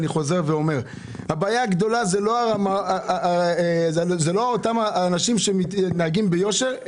הבעיה הגדולה זה לא אותם אנשים שמתנהגים ביושר,